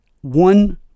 one